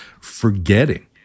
forgetting